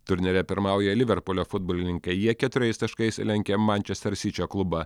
turnyre pirmauja liverpulio futbolininkai jie keturiais taškais lenkia mančester sičio klubą